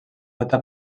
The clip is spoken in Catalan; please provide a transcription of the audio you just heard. feta